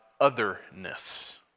otherness